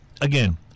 again